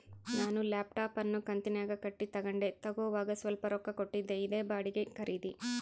ನಾನು ಲ್ಯಾಪ್ಟಾಪ್ ಅನ್ನು ಕಂತುನ್ಯಾಗ ಕಟ್ಟಿ ತಗಂಡೆ, ತಗೋವಾಗ ಸ್ವಲ್ಪ ರೊಕ್ಕ ಕೊಟ್ಟಿದ್ದೆ, ಇದೇ ಬಾಡಿಗೆ ಖರೀದಿ